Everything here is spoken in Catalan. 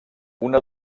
una